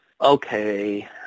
okay